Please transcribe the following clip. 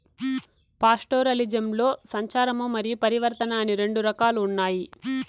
పాస్టోరలిజంలో సంచారము మరియు పరివర్తన అని రెండు రకాలు ఉన్నాయి